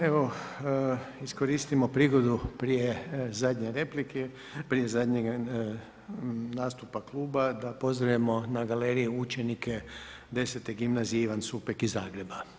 Evo, iskoristimo prigodu prije zadnje replike, prije zadnjeg nastupa kluba da pozdravimo na galeriji učenike X gimnazije „Ivan Supek“ iz Zagreba.